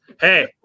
Hey